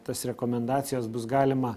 tas rekomendacijas bus galima